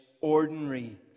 ordinary